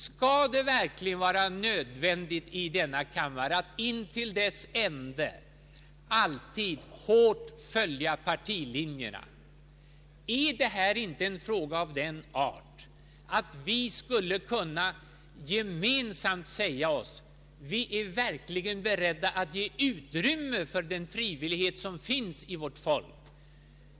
Skall det verkligen vara nödvändigt i denna kammare att intill dess ände alltid hårt följa partilinjerna? Är inte detta en fråga av sådan art, att vi skulle kunna gemensamt säga oss: Vi är beredda att ge utrymme för den frivillighet som finns i vårt folk.